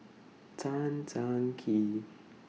Tan Tan Kee